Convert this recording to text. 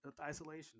isolation